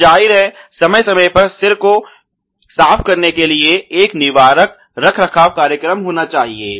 और जाहिर है समय समय पर सिर को साफ करने के लिए एक निवारक रखरखाव कार्यक्रम होना चाहिए